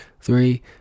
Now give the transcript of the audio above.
three